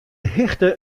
hichte